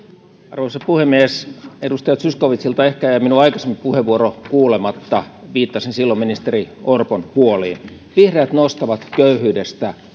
arvoisa puhemies edustaja zyskowiczilta ehkä jäi minun aikaisempi puheenvuoroni kuulematta viittasin silloin ministeri orpon huoliin vihreät nostavat köyhyydestä